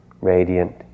radiant